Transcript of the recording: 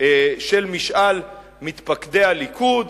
של משאל מתפקדי הליכוד,